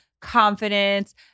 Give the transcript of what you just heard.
confidence